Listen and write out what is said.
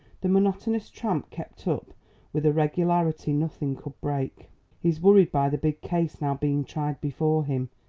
the monotonous tramp kept up with a regularity nothing could break he's worried by the big case now being tried before him,